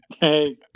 Hey